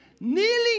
kneeling